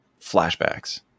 flashbacks